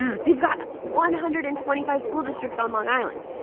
so you've got one hundred and twenty five school districts on long island.